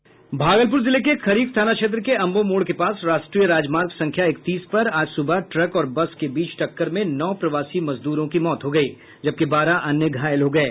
भागलपुर जिले के खरीक थाना क्षेत्र के अंबो मोड़ के पास राष्ट्रीय राजमार्ग संख्या इकतीस पर आज सुबह ट्रक और बस के बीच टक्कर में नौ प्रवासी मजदूरों की मौत हो गई जबकि बारह अन्य घायल हो गये